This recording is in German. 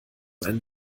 einen